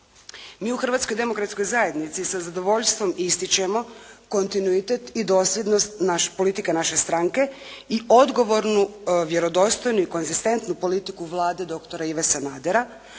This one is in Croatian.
Mi u Hrvatskoj demokratskoj zajednici sa zadovoljstvom ističemo kontinuitet i dosljednost naš, politike naše stranke i odgovornu, vjerodostojnu i konzistentnu politiku Vlade doktora Ive Sanadera